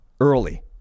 early